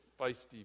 feisty